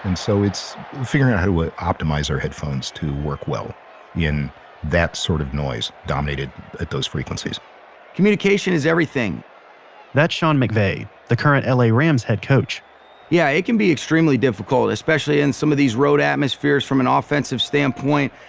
and so it's figuring out who optimize our headphones to work well in that sort of noise, dominated at those frequencies communication is everything that's sean mcvay, the current rams head coach yeah it can be extremely difficult, especially in some of these road atmospheres from an ah offensive standpoint,